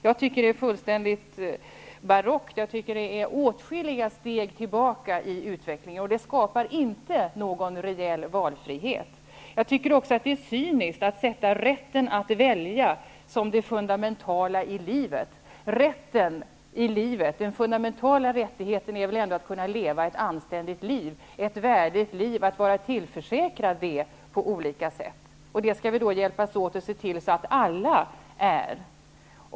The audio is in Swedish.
Jag tycker att det är fullständigt barockt. Det är åtskilliga steg tillbaka i utvecklingen, och det skapar inte någon reell valfrihet. Det är också cyniskt att sätta rätten att välja som det fundamentala i livet. Den fundamentala rättigheten är väl ändå att kunna leva ett anständigt liv, ett värdigt liv, att vara tillförsäkrad det på olika sätt. Det skall vi hjälpas åt att se till att alla är.